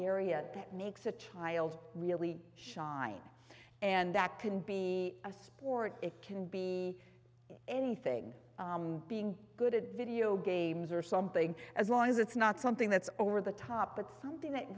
area that makes a child really shine and that can be a sport it can be anything being good at video games or something as long as it's not something that's over the top but something that